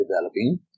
developing